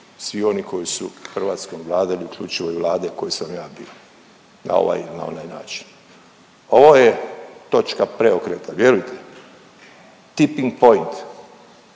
svi oni koji su Hrvatskom vladali uključivo i Vlade kojoj sam ja bio na ovaj ili na onaj način. Ovo je točka preokreta, vjerujte, tiping point.